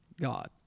God